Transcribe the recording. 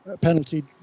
penalty